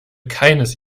keines